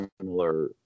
similar